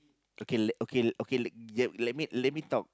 okay okay okay let let let me talk